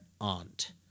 aunt